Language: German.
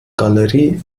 galerie